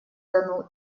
дону